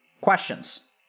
Questions